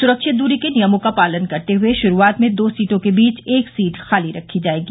सुरक्षित दूरी के नियमों का पालन करते हुए शुरूआत में दो सीटों के बीच एक सीट खाली रखी जाएगी